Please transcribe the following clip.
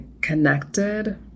connected